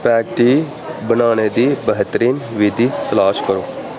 spaghetti बनाने दी बेह्तरीन विधि तलाश करो